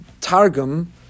Targum